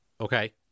Okay